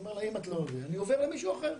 יכול להגיד אני עובר לעבוד אצל מישהו אחר.